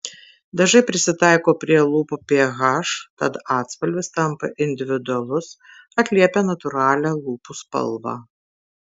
dažai prisitaiko prie lūpų ph tad atspalvis tampa individualus atliepia natūralią lūpų spalvą